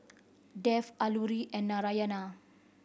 Dev Alluri and Narayana